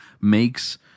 makes